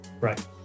Right